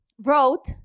wrote